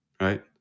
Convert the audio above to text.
right